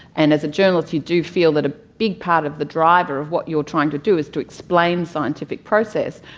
and as a journalist you do feel that a big part of the driver of what you're trying to do is to explain scientific process.